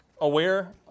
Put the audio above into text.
aware